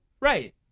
Right